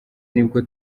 nibwo